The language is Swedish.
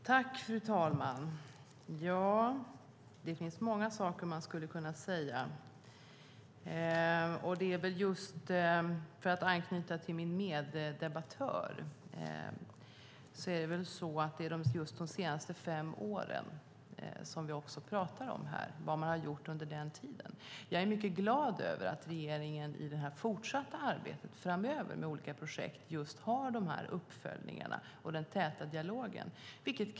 Fru talman! Det finns många saker man skulle kunna säga. För att anknyta till min meddebattör kan jag säga att det är de senaste fem åren och vad man har gjort under den tiden som vi pratar om här. Jag är mycket glad över att regeringen i det fortsatta arbetet framöver med olika projekt har de här uppföljningarna och den täta dialogen.